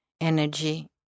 energy